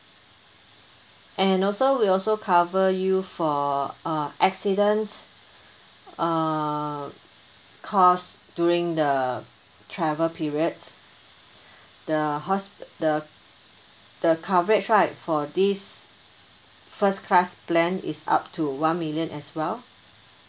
and also we also cover you for uh accident uh cost during the travel period the hos~ the the coverage right for this first class plan is up to one million as well